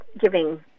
giving